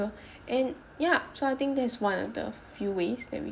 uh and ya so I think that is one of the few ways that we